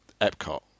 Epcot